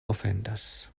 ofendas